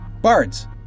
Bards